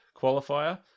qualifier